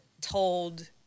told